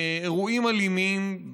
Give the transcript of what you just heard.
באירועים אלימים,